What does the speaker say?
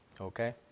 Okay